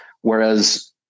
Whereas